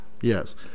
Yes